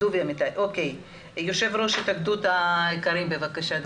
יו"ר התאחדות האיכרים בבקשה.